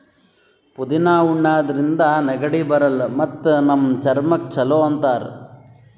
ಪುದಿನಾ ಉಣಾದ್ರಿನ್ದ ನೆಗಡಿ ಬರಲ್ಲ್ ಮತ್ತ್ ನಮ್ ಚರ್ಮಕ್ಕ್ ಛಲೋ ಅಂತಾರ್